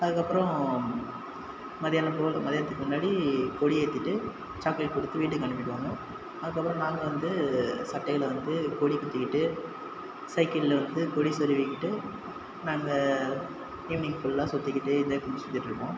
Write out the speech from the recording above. அதுக்கு அப்புறம் மதியானம் போல் மதியானத்துக்கு முன்னாடி கொடி ஏற்றிட்டு சாக்லேட் கொடுத்து வீட்டுக்கு அனுப்பிவிடுவாங்க அதுக்கு அப்புறம் நாங்கள் வந்து சட்டையில் வந்து கொடி குத்திக்கிட்டு சைக்கிளில் வந்து கொடி சொருவிகிட்டு நாங்கள் ஈவினிங் ஃபுல்லாக சுற்றிகிட்டு இதை பிடிச்சிட்டு இருப்போம்